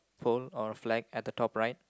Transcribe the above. pole or a flag at the top right